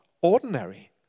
ordinary